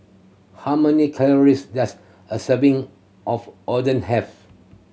how many calories does a serving of Oden have